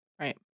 Right